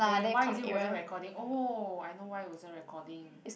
eh why is it wasn't recording oh I know why wasn't recording